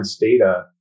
data